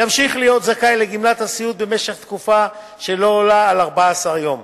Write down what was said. ימשיך להיות זכאי לגמלת הסיעוד במשך תקופה שלא עולה על 14 יום.